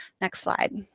next slide.